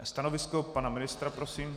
Stanovisko pana ministra prosím?